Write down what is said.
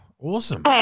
Awesome